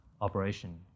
operation